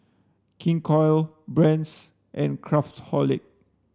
King Koil Brand's and Craftholic